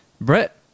Brett